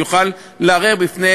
יוכל לערער בפני